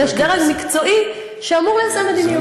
ויש דרג מקצועי שאמור ליישם מדיניות.